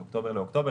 את אוקטובר לאוקטובר,